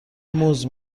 موز